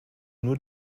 nur